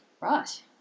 Right